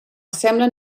semblen